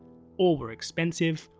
or were expensive,